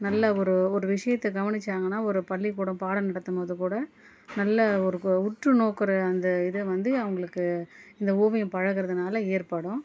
நல்ல ஒரு ஒரு விஷயத்தை கவனிச்சாங்கன்னால் ஒரு பள்ளிக்கூடம் பாடம் நடத்தும்போது கூட நல்ல ஒரு உ உற்று நோக்கிற அந்த இதை வந்து அவங்களுக்கு இந்த ஓவியம் பழகிறதுனால ஏற்படும்